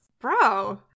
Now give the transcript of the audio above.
Bro